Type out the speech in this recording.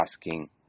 asking